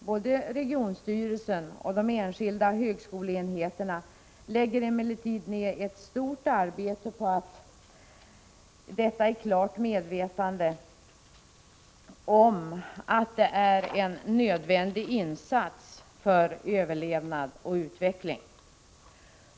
Både regionstyrelsen och de enskilda högskoleenheterna lägger emellertid ned ett stort arbete på detta i klart medvetande om att det är en nödvändig insats för överlevnad och utveckling.